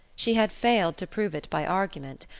she had failed to prove it by argument,